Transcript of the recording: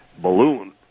balloon